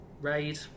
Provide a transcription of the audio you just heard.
raid